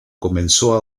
comenzó